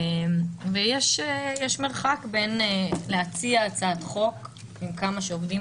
יש מרחק בין להציע הצעת חוק עם כמה שעובדים